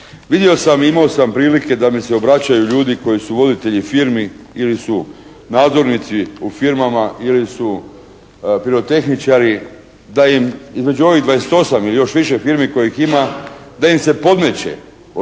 Vidio sam i imao sam prilike da mi se obraćaju ljudi koji su voditelji firmi ili su nadzornici u firmama ili su pirotehničari da im između ovih dvadeset i osam ili još više firmi kojih ima, da im se podmeće od